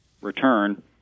return